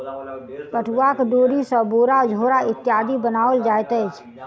पटुआक डोरी सॅ बोरा झोरा इत्यादि बनाओल जाइत अछि